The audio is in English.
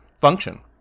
function